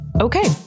Okay